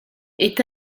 est